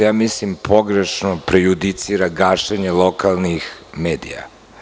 Ovde se pogrešno prejudicira gašenje lokalnih medija.